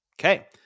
Okay